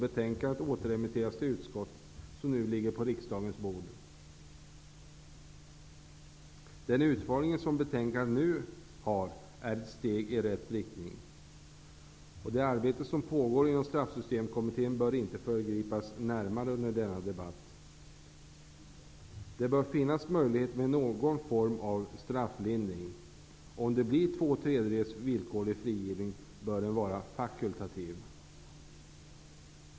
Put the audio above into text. Betänkandet återremitterades till utskottet och ligger nu på riksdagens bord. Den utformning som betänkandet nu har är ett steg i rätt riktning. Det arbete som pågår inom Straffsystemkommittén bör inte föregripas närmare under denna debatt. Det bör finnas möjlighet till någon form av strafflindring. Om det blir tvåtredjedels villkorlig frigivning, bör den vara fakultativ.